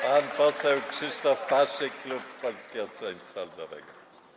Pan poseł Krzysztof Paszyk, klub Polskiego Stronnictwa Ludowego.